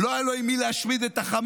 לא היה לו עם מי להשמיד את החמאס,